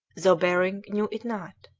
though behring knew it not.